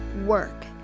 work